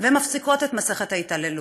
ומפסיקות את מסכת ההתעללות?